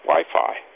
Wi-Fi